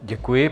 Děkuji.